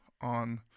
on